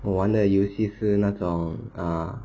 我玩的游戏是那种 ah